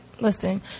listen